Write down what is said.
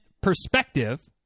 perspective